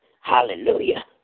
Hallelujah